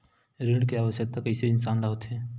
ऋण के आवश्कता कइसे इंसान ला होथे?